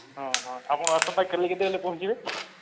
ହଁ ହଁ ଆପଣ ଆସନ୍ତା କାଲି କେତେବେଲେ ପହଞ୍ଚିବେ